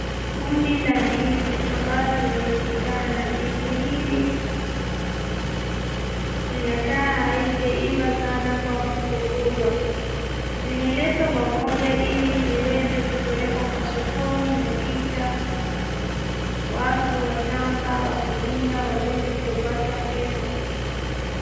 Kundi la ndizi ambalo limeshikana .Ndizi hili linakaa haijaiva sana kwa kukulwa. Zimeletwa pamoja ili ziwekupelekwa kwa sokoni na kisha .Watu washamba, wakulima waweze kupata pesa.